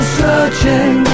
searching